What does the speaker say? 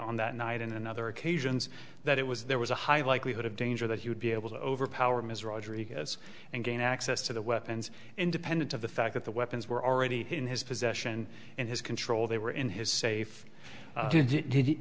on that night in and other occasions that it was there was a high likelihood of danger that he would be able to overpower him as roger egos and gain access to the weapons independent of the fact that the weapons were already in his possession and his control they were in his safe he did the